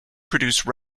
produce